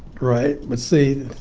right. but, see,